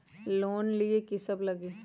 Loan लिए की सब लगी?